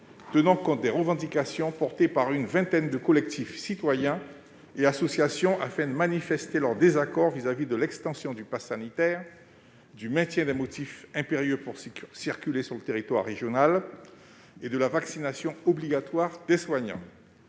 tenant compte des revendications portées par une vingtaine de collectifs citoyens et associations, afin de manifester leur désaccord vis-à-vis de l'extension du passe sanitaire, du maintien des motifs impérieux pour circuler sur le territoire régional et de la vaccination obligatoire des soignants.